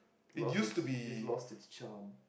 lost it's it's lost it's charm